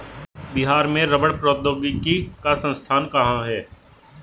बिहार में रबड़ प्रौद्योगिकी का संस्थान कहाँ है?